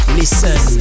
listen